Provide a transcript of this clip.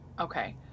Okay